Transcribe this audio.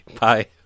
Bye